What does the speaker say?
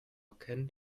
erkennen